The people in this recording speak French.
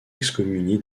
excommunié